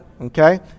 okay